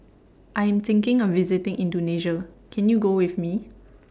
I Am thinking of visiting Indonesia Can YOU Go with Me